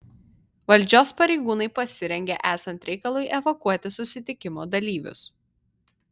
valdžios pareigūnai pasirengė esant reikalui evakuoti susitikimo dalyvius